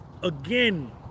again